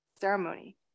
ceremony